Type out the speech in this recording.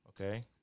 Okay